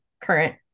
current